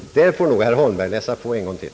Där får nog herr Holmberg läsa på en gång till.